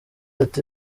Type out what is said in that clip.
ati